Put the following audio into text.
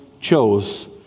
chose